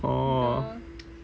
orh